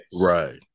right